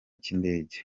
cy’indege